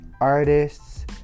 artists